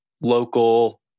local